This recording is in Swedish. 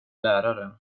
läraren